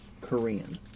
Korean